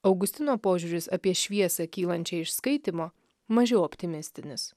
augustino požiūris apie šviesą kylančią iš skaitymo mažiau optimistinis